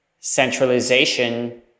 centralization